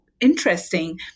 interesting